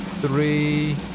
Three